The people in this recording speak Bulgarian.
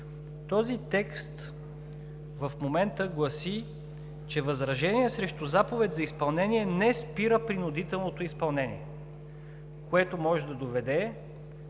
Този текст в момента гласи, че възражение срещу заповед за изпълнение не спира принудителното изпълнение, което може да доведе